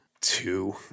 Two